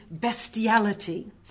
bestiality